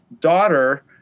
daughter